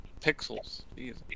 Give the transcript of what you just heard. pixels